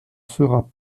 sera